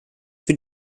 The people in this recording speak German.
für